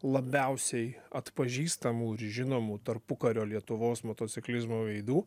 labiausiai atpažįstamų ir žinomų tarpukario lietuvos motociklizmo veidų